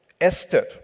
Esther